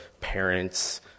parents